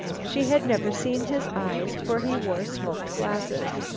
she had never seen his eyes, for he wore smoked glasses.